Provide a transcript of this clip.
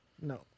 No